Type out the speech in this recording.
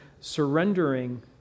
surrendering